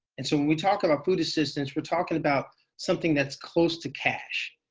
and so when we talk about food assistance, we're talking about something that's close to cash.